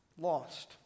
lost